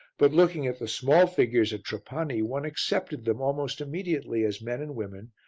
but looking at the small figures at trapani one accepted them almost immediately as men and women,